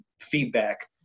feedback